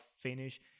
finish